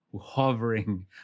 hovering